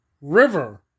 River